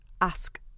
ask